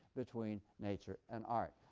between nature and art.